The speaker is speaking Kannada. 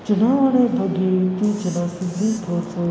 ಚುನಾವಣೆ ಬಗ್ಗೆ ಇತ್ತೀಚಿನ ಸುದ್ದಿ ತೋರಿಸು